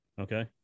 Okay